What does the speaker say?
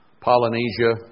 Polynesia